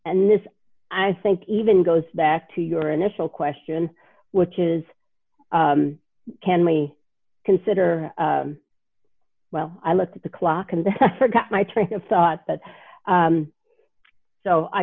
and this i think even goes back to your initial question which is can we consider well i looked at the clock and forgot my train of thought but so i